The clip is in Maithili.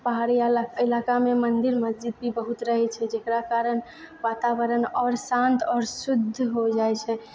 पहाड़ी ईलाकामे मन्दिर मस्जिद भी बहुत रहै छै जेकरा कारण वातावरण आओर शान्त आओर शुद्ध हो जाइत छै